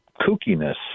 kookiness